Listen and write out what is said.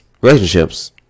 relationships